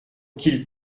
qu’il